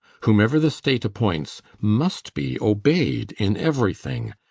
whome'er the state appoints must be obeyed in everything,